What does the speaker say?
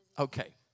Okay